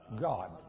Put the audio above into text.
God